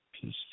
Peace